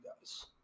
guys